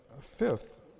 fifth